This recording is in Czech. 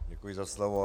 Děkuji za slovo.